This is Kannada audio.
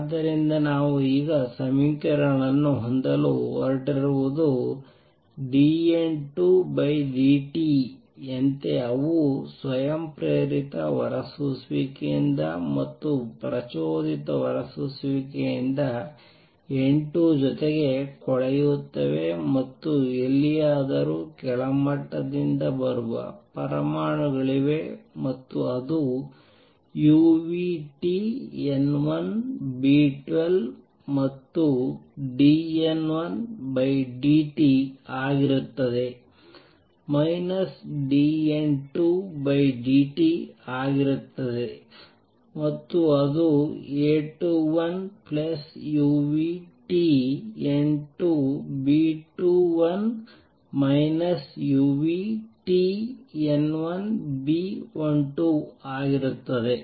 ಆದ್ದರಿಂದ ನಾವು ಈಗ ಸಮೀಕರಣಗಳನ್ನು ಹೊಂದಲು ಹೊರಟಿರುವುದು dN2dt ಯಂತೆ ಅವು ಸ್ವಯಂಪ್ರೇರಿತ ಹೊರಸೂಸುವಿಕೆಯಿಂದ ಮತ್ತು ಪ್ರಚೋದಿತ ಹೊರಸೂಸುವಿಕೆ N2 ಜೊತೆಗೆ ಕೊಳೆಯುತ್ತವೆ ಮತ್ತು ಎಲ್ಲಿಯಾದರೂ ಕೆಳಮಟ್ಟದಿಂದ ಬರುವ ಪರಮಾಣುಗಳಿವೆ ಮತ್ತು ಅದು uTN1B12 ಮತ್ತು dN1dt ಆಗಿರುತ್ತದೆ dN2dt ಆಗಿರುತ್ತದೆ ಮತ್ತು ಅದು A21 uTN2B21 uTN1B12 ಆಗಿರುತ್ತದೆ